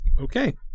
Okay